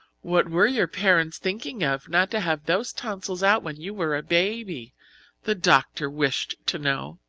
what were your parents thinking of not to have those tonsils out when you were a baby the doctor wished to know.